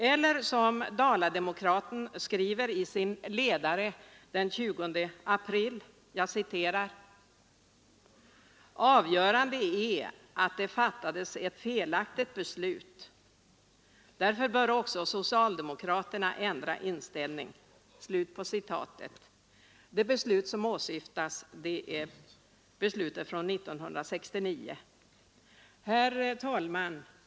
Eller, som Dala-Demokraten skrev i sin ledare den 20 april: Avgörande är att det fattades ett felaktigt beslut. Därför bör också socialdemokraterna ändra inställning. — Det beslut som åsyftas är beslutet från 1969. Herr talman!